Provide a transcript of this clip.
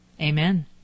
Amen